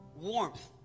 Warmth